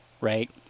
right